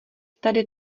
tady